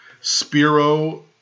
Spiro